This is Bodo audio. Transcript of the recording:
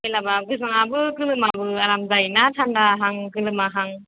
फैलाबा गोजाङाबो गोलोमाबो आराम जायो ना थान्दा हां गोलोमा हां